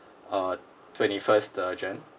uh twenty-first uh jan~